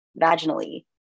vaginally